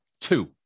two